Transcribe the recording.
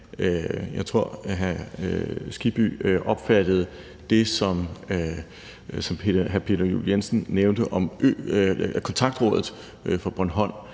Hans Kristian Skibby opfattede det, som hr. Peter Juel-Jensen nævnte om Kontaktrådet for Bornholm,